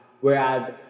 whereas